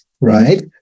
right